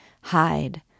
Hide